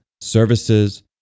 services